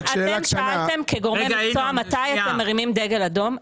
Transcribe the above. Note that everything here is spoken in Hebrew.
אתם שאלתם כגורמי מקצוע מתי אנחנו מרימים דגל אדום,